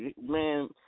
Man